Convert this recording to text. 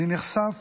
אני נחשף